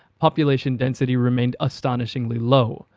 population density remained astonishingly low,